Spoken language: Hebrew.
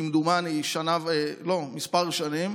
כמדומני, כמה שנים,